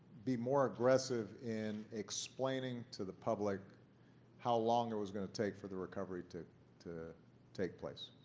be more aggressive in explaining to the public how long it was going to take for the recovery to to take place.